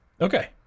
Okay